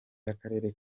y’akarere